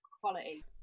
quality